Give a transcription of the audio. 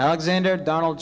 alexander donald